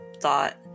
thought